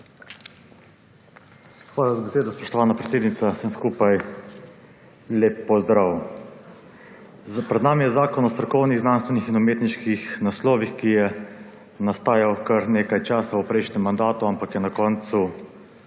Hvala za besedo, spoštovana predsednica. Vsem skupaj lep pozdrav! Pred nami je Zakon o strokovnih znanstvenih in umetniških naslovih, ki je nastajal kar nekaj časa v prejšnjem mandatu, **6. TRAK (VI)